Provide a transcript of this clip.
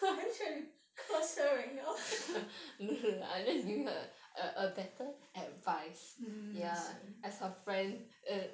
are you trying to curse her right now mm I see